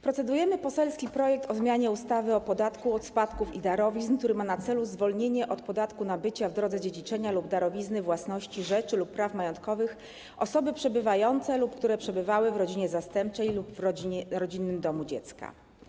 Procedujemy nad poselskim projektem o zmianie ustawy o podatku od spadków i darowizn, który ma na celu zwolnienie od podatku nabycia w drodze dziedziczenia lub darowizny własności, rzeczy lub praw majątkowych przez osoby przebywające lub które przebywały w rodzinie zastępczej lub w rodzinnym domu dziecka.